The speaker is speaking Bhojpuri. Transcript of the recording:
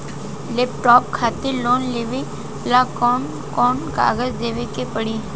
लैपटाप खातिर लोन लेवे ला कौन कौन कागज देवे के पड़ी?